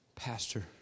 Pastor